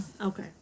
Okay